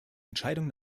entscheidung